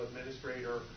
administrator